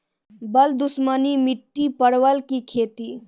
बल दुश्मनी मिट्टी परवल की खेती?